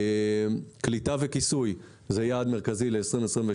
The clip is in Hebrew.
קליטה וכיסוי זה יעד מרכזי ל-2022.